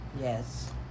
Yes